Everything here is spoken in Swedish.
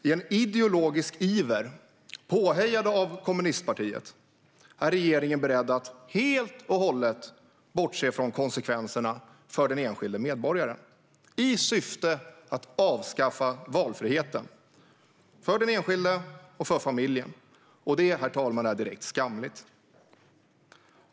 I en ideologisk iver, och påhejad av kommunistpartiet, är regeringen beredd att helt och hållet bortse från konsekvenserna för den enskilde medborgaren i syfte att avskaffa valfriheten för den enskilde och för familjen. Det, herr talman, är direkt skamligt.